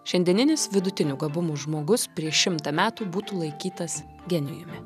šiandieninis vidutinių gabumų žmogus prieš šimtą metų būtų laikytas genijumi